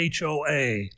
HOA